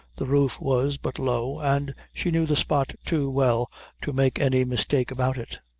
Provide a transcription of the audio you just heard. the roof was but low, and she knew the spot too well to make any mistake about it.